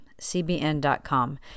CBN.com